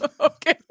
Okay